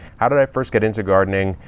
how did i first get into gardening?